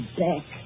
back